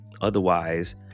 Otherwise